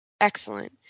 Excellent